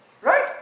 Right